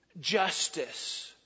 justice